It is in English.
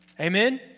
Amen